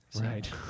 Right